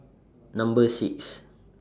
Number six